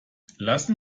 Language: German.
lassen